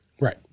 right